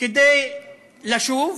כדי לשוב.